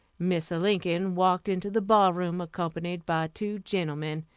mr. lincoln walked into the ball-room accompanied by two gentlemen.